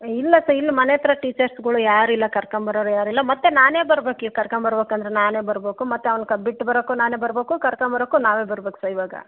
ಇಲ್ಲ ಸ ಇಲ್ಲ ಮನೆ ಹತ್ರ ಟೀಚರ್ಸ್ಗಳು ಯಾರಿಲ್ಲ ಕರ್ಕಂಬರೋವ್ರು ಯಾರಿಲ್ಲ ಮತ್ತೆ ನಾನೇ ಬರ್ಬೇಕು ಈ ಕರ್ಕೊಂಬರ್ಬೇಕಂದ್ರೆ ನಾನೇ ಬರ್ಬೇಕು ಮತ್ತೆ ಅವ್ನ ಕ ಬಿಟ್ಟು ಬರೋಕು ನಾನೇ ಬರಬೇಕು ಕರ್ಕೊಂಬರೋಕು ನಾವೇ ಬರ್ಬೇಕು ಸ ಇವಾಗ